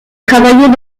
travaillait